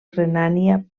renània